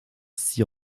six